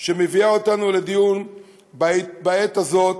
שמביאה אותנו לדיון בעת הזאת,